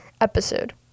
episode